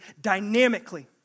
dynamically